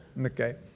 Okay